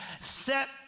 set